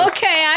Okay